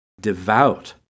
devout